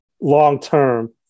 long-term